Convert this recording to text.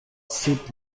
سیب